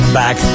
back